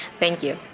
thank you.